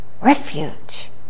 Refuge